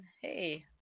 hey